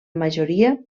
majoria